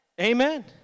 Amen